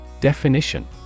Definition